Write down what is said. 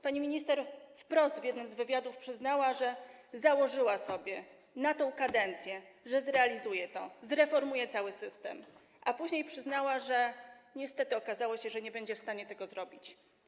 Pani minister wprost w jednym z wywiadów przyznała, że założyła sobie na tę kadencję, że zrealizuje to, zreformuje cały system, a później przyznała, że niestety okazało się, że nie będzie w stanie tego zrobić.